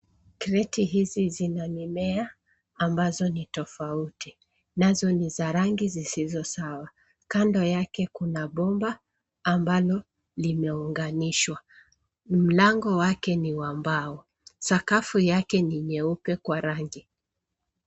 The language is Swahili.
Kreti hizi zina mimea ambazo ni tofauti nazo ni za rangi zisizo sawa kando yake kuna bomba ambalo limeunganishwa, mlango wake ni wa mbao sakafu yake ni nyeupe kwa rangi.